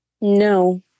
No